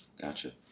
Gotcha